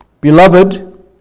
Beloved